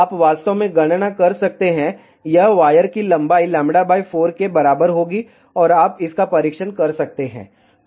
आप वास्तव में गणना कर सकते हैं यह वायर की लंबाई λ 4 के बराबर होगी और आप इसका परीक्षण कर सकते हैं